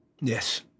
Yes